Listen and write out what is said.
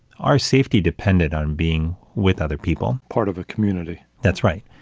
our safety depended on being with other people. part of a community. that's right.